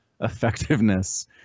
effectiveness